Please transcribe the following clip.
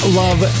love